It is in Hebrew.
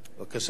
גברתי, בבקשה.